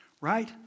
right